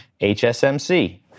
HSMC